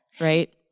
right